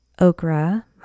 okra